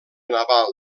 naval